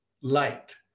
light